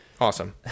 Awesome